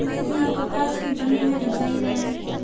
मेरे यहां कपास की बनी हुई रजाइयां है